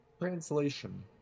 Translation